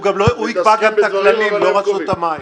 הוא גם יקבע את הכללים, לא רשות המים.